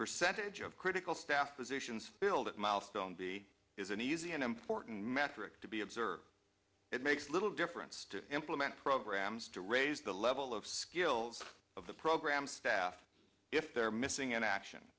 percentage of critical staff positions filled at milestone b is an easy and important metric to be observed it makes little difference to implement programs to raise the level of skills of the program staff if they're missing in action